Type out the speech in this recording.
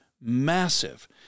massive